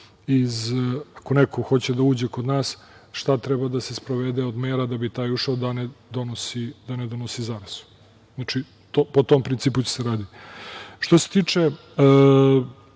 nekog ko hoće da uđe kod nas, šta treba da se sprovede od mera da bi taj ušao da ne donosi zarazu. Znači, po tom principu će se raditi. Apsolutno